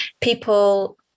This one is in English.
people